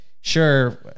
sure